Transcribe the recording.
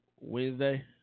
Wednesday